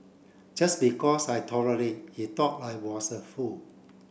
just because I tolerate he thought I was a fool